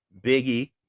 biggie